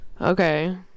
Okay